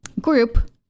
group